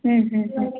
ಹ್ಞೂ ಹ್ಞೂ ಹ್ಞೂ